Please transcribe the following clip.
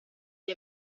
gli